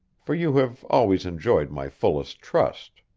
for you have always enjoyed my fullest trust.